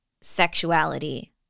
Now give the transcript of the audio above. sexuality